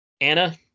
Anna